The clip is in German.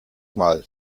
mal